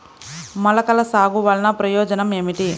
మొలకల సాగు వలన ప్రయోజనం ఏమిటీ?